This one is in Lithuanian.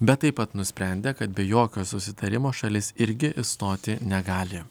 bet taip pat nusprendė kad be jokio susitarimo šalis irgi išstoti negali